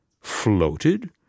Floated